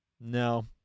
No